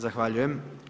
Zahvaljujem.